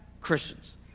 Christians